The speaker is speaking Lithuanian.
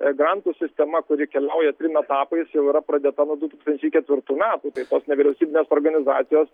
grantų sistema kuri keliauja trim etapais jau yra pradėta nuo du tūkstančiai ketvirtų metų tai tos nevyriausybinės organizacijos